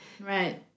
Right